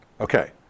Okay